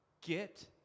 get